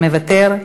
מוותר,